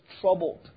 troubled